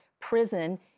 prison